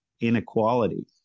inequality